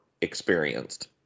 experienced